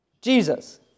Jesus